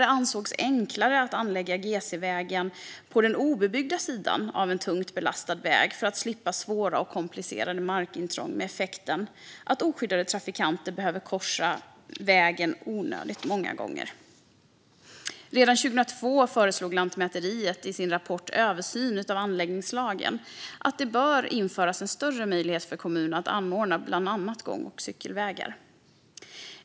Det finns också exempel på ställen där man anlagt GC-vägen på den obebyggda sidan av en tungt belastad väg för att slippa svåra och komplicerade markintrång, med effekten att oskyddade trafikanter behöver korsa vägen onödigt många gånger. Redan 2002 föreslog Lantmäteriet i sin rapport Översyn av anläggningslagen att det skulle införas en större möjlighet för kommuner att anordna bland annat gång och cykelvägar.